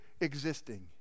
existing